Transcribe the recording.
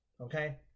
okay